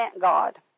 God